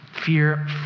fear